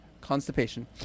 constipation